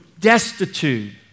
destitute